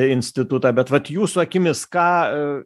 institutą bet vat jūsų akimis ką